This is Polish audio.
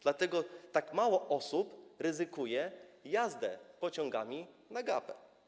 Dlatego tak mało osób ryzykuje jazdę pociągami na gapę.